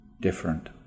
different